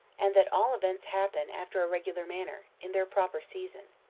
and that all events happen after a regular manner, in their proper season,